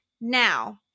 Now